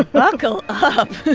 buckle up